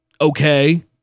okay